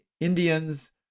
Indians